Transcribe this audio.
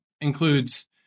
includes